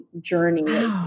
journey